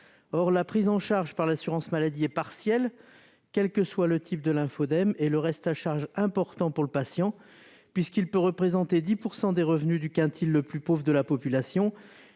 Or la prise en charge par l'assurance maladie est partielle, quels que soient les types de lymphoedèmes, et le reste à charge important pour le patient. Il peut représenter 10 % des revenus du quintile le plus pauvre de la population